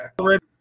ready